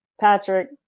Patrick